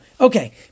Okay